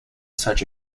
such